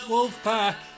Wolfpack